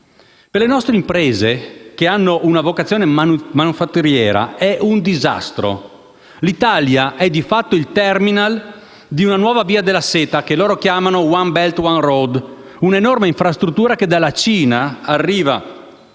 Per le nostre imprese, che hanno una vocazione manifatturiera, è un disastro. L'Italia è di fatto il *terminal* di una nuova via della seta, che loro chiamano *one belt, one road*: un'enorme infrastruttura che parte dalla Cina, via